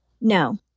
No